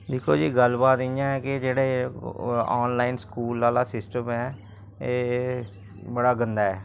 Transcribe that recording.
दिक्खो जी गल्ल बात इ'यां ऐ कि जेह्ड़ा एह् आन लाइन स्कूल आह्ला सिस्टम ऐ एह् बड़ा गंदा ऐ